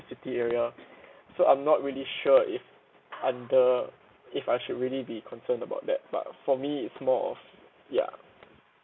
city area so I'm not really sure if under if I should really be concerned about that but for me it's more of ya